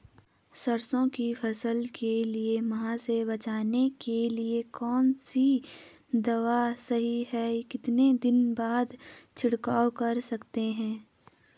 सरसों की फसल के लिए माह से बचने के लिए कौन सी दवा सही है कितने दिन बाद छिड़काव कर सकते हैं?